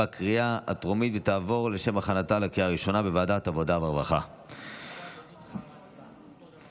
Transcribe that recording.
בקריאה הטרומית ותעבור לוועדת העבודה והרווחה לשם הכנתה לקריאה ראשונה.